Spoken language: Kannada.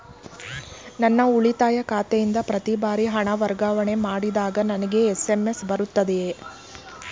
ನನ್ನ ಉಳಿತಾಯ ಖಾತೆಯಿಂದ ಪ್ರತಿ ಬಾರಿ ಹಣ ವರ್ಗಾವಣೆ ಮಾಡಿದಾಗ ನನಗೆ ಎಸ್.ಎಂ.ಎಸ್ ಬರುತ್ತದೆಯೇ?